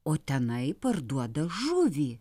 o tenai parduoda žuvį